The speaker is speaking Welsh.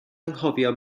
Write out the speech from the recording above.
anghofio